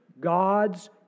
God's